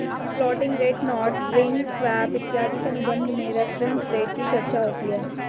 floating rate notes ring swap इत्यादि के अनुबंध में रेफरेंस रेट की चर्चा होती है